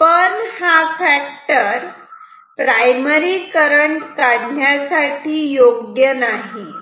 पण हा factor primary current काढण्यासाठी योग्य नाही